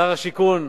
שר השיכון,